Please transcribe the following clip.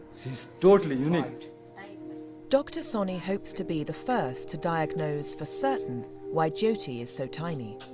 she is totally you know dr soni hopes to be the first to diagnose for certain why jyoti is so tiny.